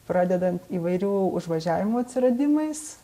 pradedant įvairių užvažiavimų atsiradimais